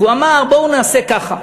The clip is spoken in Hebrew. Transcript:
והוא אמר: בואו נעשה ככה,